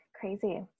Crazy